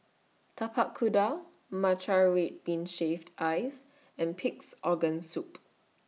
Tapak Kuda Matcha Red Bean Shaved Ice and Pig'S Organ Soup